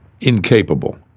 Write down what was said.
incapable